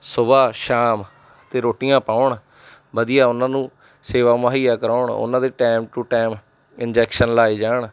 ਸੁਬਹਾ ਸ਼ਾਮ ਅਤੇ ਰੋਟੀਆਂ ਪਾਉਣ ਵਧੀਆ ਉਹਨਾਂ ਨੂੰ ਸੇਵਾ ਮੁਹੱਈਆ ਕਰਵਾਉਣ ਉਹਨਾਂ ਦੇ ਟੈਮ ਟੂ ਟੈਮ ਇੰਜੈਕਸ਼ਨ ਲਗਾਏ ਜਾਣ